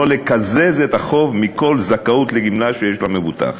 לא לקזז את החוב מכל זכאות לגמלה שיש למבוטח.